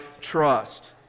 trust